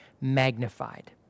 magnified